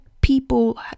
people